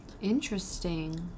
Interesting